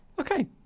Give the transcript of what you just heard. Okay